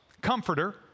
comforter